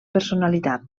personalitat